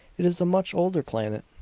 it is a much older planet,